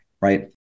right